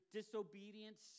disobedience